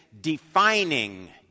defining